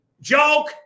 joke